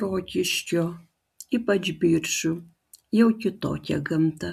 rokiškio ypač biržų jau kitokia gamta